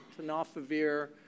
tenofovir